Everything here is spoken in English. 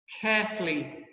carefully